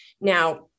now